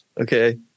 Okay